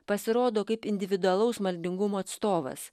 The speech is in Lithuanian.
pasirodo kaip individualaus maldingumo atstovas